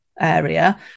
area